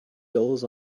dollars